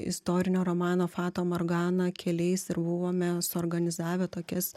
istorinio romano fato morgana keliais ir buvome suorganizavę tokias